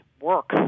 work